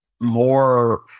more